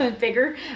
bigger